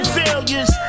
failures